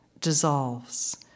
dissolves